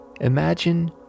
Imagine